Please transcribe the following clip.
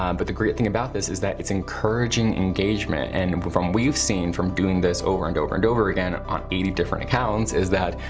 um but the great thing about this is that it's encouraging engagement. and from what you've seen from doing this over and over and over again on eighty different accounts is that,